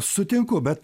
sutinku bet